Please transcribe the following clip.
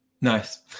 Nice